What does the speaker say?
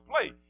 play